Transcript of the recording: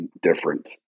different